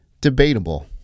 Debatable